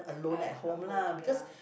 at a home ya